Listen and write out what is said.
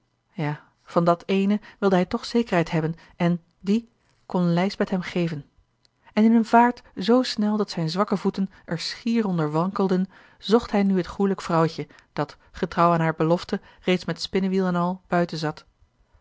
ja van dàt eene wilde hij toch zekerheid hebben en die kon lijsbeth hem geven en in eene vaart zoo snel dat zijne zwakke voeten er schier onder wankelden zocht hij nu het goêlijk vrouwtje dat getrouw aan hare belofte reeds met spinnewiel en al buiten zat